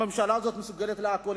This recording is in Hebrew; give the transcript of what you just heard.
הממשלה הזאת מסוגלת לכול.